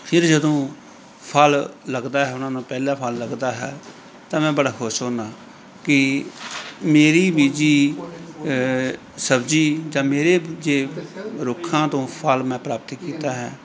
ਫਿਰ ਜਦੋਂ ਫਲ ਲੱਗਦਾ ਹੈ ਉਹਨਾਂ ਨੂੰ ਪਹਿਲਾ ਫਲ ਲੱਗਦਾ ਹੈ ਤਾਂ ਮੈਂ ਬੜਾ ਖੁਸ਼ ਹੁੰਦਾ ਕਿ ਮੇਰੀ ਬੀਜ਼ੀ ਸਬਜ਼ੀ ਜਾਂ ਮੇਰੇ ਬੀਜ਼ੇ ਰੁੱਖਾਂ ਤੋਂ ਫਲ ਮੈਂ ਪ੍ਰਾਪਤ ਕੀਤਾ ਹੈ